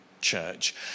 church